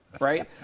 right